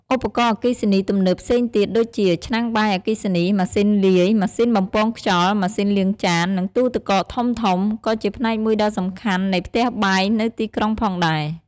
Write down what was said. ឧបករណ៍អគ្គិសនីទំនើបផ្សេងទៀតដូចជា ឆ្នាំងបាយអគ្គិសនី ម៉ាស៊ីនលាយ ម៉ាស៊ីនបំពងខ្យល់ ម៉ាស៊ីនលាងចាន និងទូទឹកកកធំៗ ក៏ជាផ្នែកមួយដ៏សំខាន់នៃផ្ទះបាយនៅទីក្រុងផងដែរ។